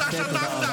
אתה חצוף.